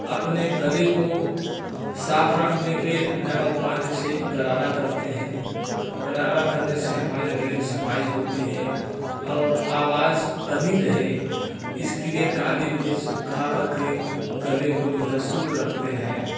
अपने गले को साफ रखने के लिए नमक पानी से गरारा करते हैं गरारा करने से हमारे गले की सफाई होती है और आवाज बनी रहे इसके लिए काली मिर्च खा करके गले को जो है शुद्ध रखते हैं